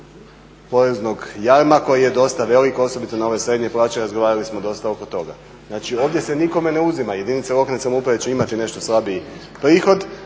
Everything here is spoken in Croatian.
poreznog jarma koji je dosta velik osobito na ove srednje plaće. Razgovarali smo dosta oko toga. Znači ovdje se nikome ne uzima, jedinice lokalne samouprave će imati nešto slabiji prihod,